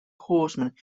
horsemen